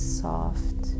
soft